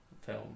film